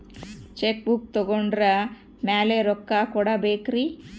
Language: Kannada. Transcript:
ಚೆಕ್ ಬುಕ್ ತೊಗೊಂಡ್ರ ಮ್ಯಾಲೆ ರೊಕ್ಕ ಕೊಡಬೇಕರಿ?